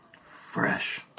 Fresh